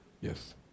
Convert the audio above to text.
Yes